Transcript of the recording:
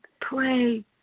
pray